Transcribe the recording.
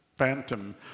phantom